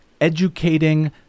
educating